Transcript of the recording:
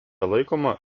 laikoma